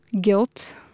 guilt